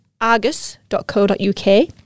argus.co.uk